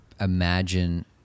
imagine